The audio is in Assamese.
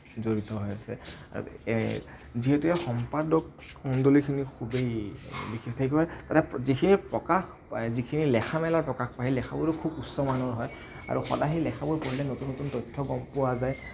জড়িত হৈ আছে আৰু যিহেতু ইয়াৰ সম্পাদক মণ্ডলীখিনি খুবেই তাতে যিখিনি প্ৰকাশ যিখিনি লেখা মেলা প্ৰকাশ পায় সেই লেখাবোৰো খুব উচ্চমানৰ হয় আৰু সদায় সেই লেখাবোৰ পঢ়িলে নতুন নতুন তথ্য গম পোৱা যায়